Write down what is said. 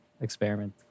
experiment